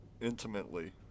intimately